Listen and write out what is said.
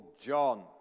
John